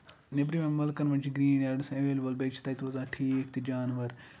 نیبرِمین مُلکن منٛز چھُ گریٖن یاڈس ایویلیبل بیٚیہِ چھِ تَتہِ روزان ٹھیٖک تہِ جانور